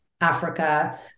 Africa